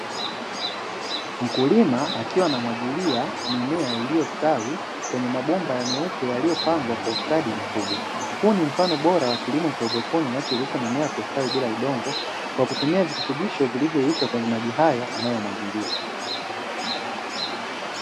Mkulima akiwa na mwagilia mimea iliyostawi kwenye mabomba ya meupe yaliyopangwa kwa ustadi mkubwa, huu ni mfano bora wa kilimo cha haidroponi unachowezesha mimea kustawi bila udongo, kwa kutumia virutubisho vilivyoisha kwenye maji hayo anayomwagilia.